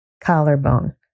Collarbone